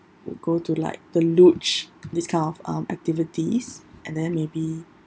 would go to like the Luge this kind of um activities and then maybe